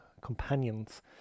companions